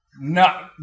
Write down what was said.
No